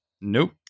Nope